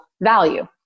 value